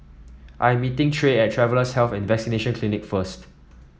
I'm meeting Trae at Travellers' Health and Vaccination Clinic first